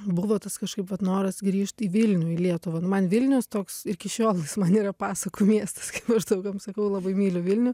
buvo tas kažkaip vat noras grįžt į vilnių į lietuvą man vilnius toks ir iki šiol man yra pasakų miestas kaip aš draugam sakau labai myliu vilnių